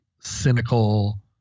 cynical